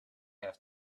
have